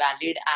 valid